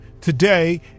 Today